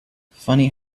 funny